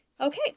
Okay